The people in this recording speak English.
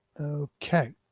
Okay